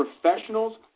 professionals